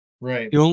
Right